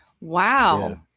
Wow